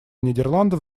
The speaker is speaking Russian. нидерландов